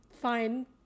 fine